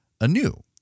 anew